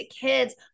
kids